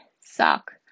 sock